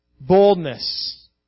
Boldness